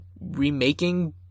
remaking